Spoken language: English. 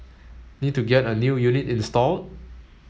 need to get a new unit installed